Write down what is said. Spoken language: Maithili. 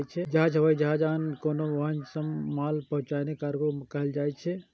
जहाज, हवाई जहाज या आन कोनो वाहन सं माल पहुंचेनाय कार्गो कहल जाइ छै